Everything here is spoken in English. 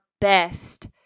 best